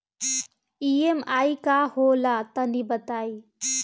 EMI का होला तनि बताई?